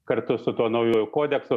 kartu su tuo naujuoju kodeksu